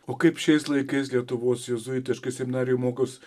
o kaip šiais laikais lietuvos jėzuitiškoj seminarijoj mokos